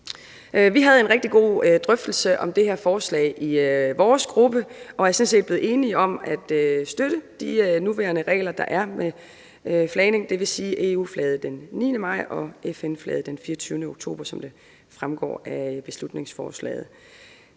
Vi havde en rigtig god drøftelse om det her forslag i vores gruppe, og er sådan set blevet enige om at støtte de nuværende regler, der er for flagning. Det vil sige EU-flaget den 9. maj og FN-flaget den 24. oktober, som det fremgår af beslutningsforslaget.